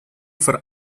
for